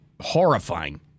horrifying